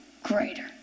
greater